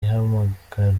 ihamagarira